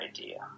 idea